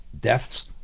deaths